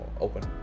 open